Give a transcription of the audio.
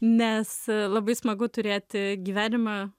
nes labai smagu turėti gyvenimą